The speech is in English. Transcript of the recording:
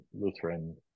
Lutheran